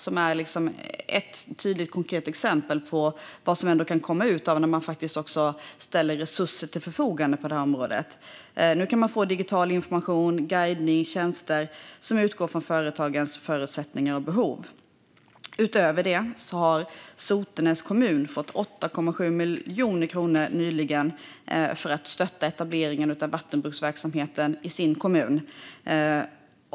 Det är ett tydligt och konkret exempel på vad som kan komma fram när man ställer resurser till förfogande på området. Nu kan man få digital information, guidning och tjänster som utgår från företagens förutsättningar och behov. Utöver det har Sotenäs kommun nyligen fått 8,7 miljoner kronor för att stötta etableringen av vattenbruksverksamheten i kommunen.